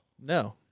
No